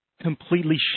completely